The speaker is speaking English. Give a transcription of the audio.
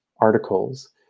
articles